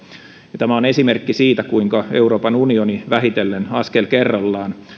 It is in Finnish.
ja tämä on esimerkki siitä kuinka euroopan unioni vähitellen askel kerrallaan